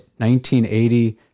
1980